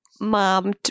mom